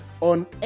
on